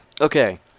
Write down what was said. Okay